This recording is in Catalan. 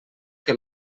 que